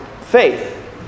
faith